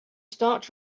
start